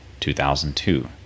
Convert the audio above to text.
2002